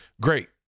Great